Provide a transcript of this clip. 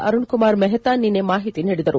ಅರುಣ್ ಕುಮಾರ್ ಮೆಹ್ತಾ ನಿನ್ನೆ ಮಾಹಿತಿ ನೀಡಿದರು